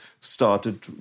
Started